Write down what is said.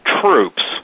troops